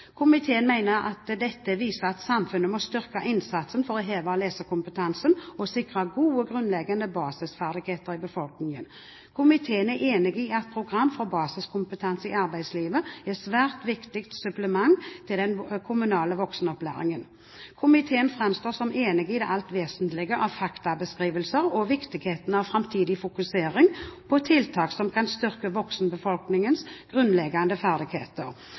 Komiteen mener at dette viser at samfunnet må styrke innsatsen for å heve lesekompetansen og sikre gode, grunnleggende basisferdigheter i befolkningen. Komiteen er enig i at Program for basiskompetanse i arbeidslivet er et svært viktig supplement til den kommunale voksenopplæringen. Komiteen framstår som enige i det alt vesentlige av faktabeskrivelser og viktigheten av framtidig fokusering på tiltak som kan styrke voksenbefolkningens grunnleggende